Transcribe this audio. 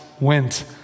went